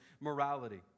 morality